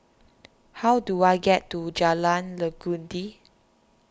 how do I get to Jalan Legundi